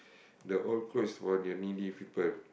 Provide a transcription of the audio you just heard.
the old clothes for the needy people